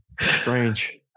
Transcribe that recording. Strange